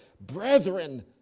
Brethren